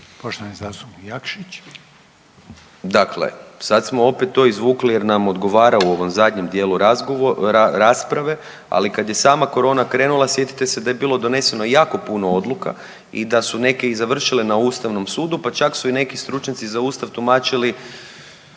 Mišel (SDP)** Dakle, sad smo opet to izvukli jer nam odgovara u ovom zadnjem dijelu rasprave, ali kada je sama korona krenula sjetite se da je bilo doneseno jako puno odluka i da su neke i završile na Ustavnom sudu, pa čak su i neki stručnjaci za Ustav tumačili